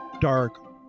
dark